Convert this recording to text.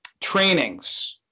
trainings